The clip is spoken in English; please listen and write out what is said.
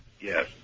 Yes